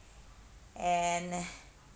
and